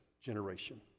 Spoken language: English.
generation